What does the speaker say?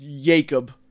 Jacob